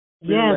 Yes